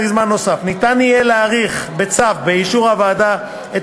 יהיה אפשר להאריך בצו באישור הוועדה את